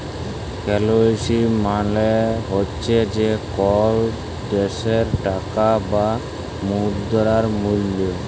currency মালে হছে যে কল দ্যাশের টাকার বা মুদ্রার মূল্য